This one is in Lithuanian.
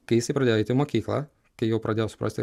kai jisai pradėjo eit į mokyklą kai jau pradėjo suprasti